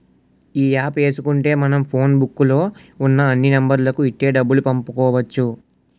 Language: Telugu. ఈ యాప్ ఏసుకుంటే మనం ఫోన్ బుక్కు లో ఉన్న అన్ని నెంబర్లకు ఇట్టే డబ్బులు పంపుకోవచ్చు